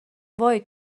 وای